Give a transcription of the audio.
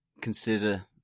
consider